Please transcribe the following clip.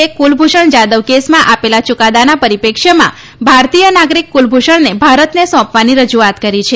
એ કુલભૂષણ જાધવ કેસમાં આપેલા યુકાદાના પરિપ્રેક્ષ્યમાં ભારતીય નાગરિક કુલભૂષણને ભારતને સોંપવાની રજુઆત કરી છે